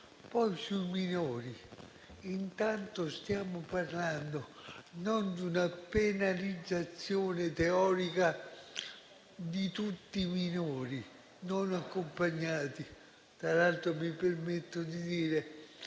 Sui minori, intanto stiamo parlando non di una penalizzazione teorica di tutti i minori non accompagnati. Tra l'altro, mi permetto di dire